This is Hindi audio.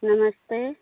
नमस्ते